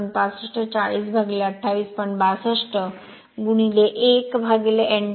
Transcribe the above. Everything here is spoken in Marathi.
62 1 n 2 1 0